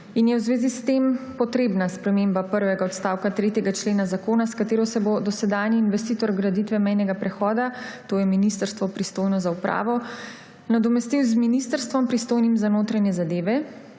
in je v zvezi s tem potrebna sprememba prvega odstavka 3. člena Zakona, s katero se bo dosedanji investitor graditve mejnega prehoda, to je ministrstvo, pristojno za upravo, nadomestil z ministrstvom, pristojnim za notranje zadeve,